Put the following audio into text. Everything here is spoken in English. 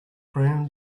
brown